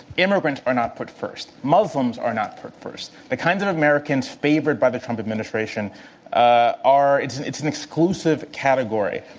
immigrants are not put first. muslims are not put first. the kinds of americans favored by the trump administration ah are it's an it's an exclusive category.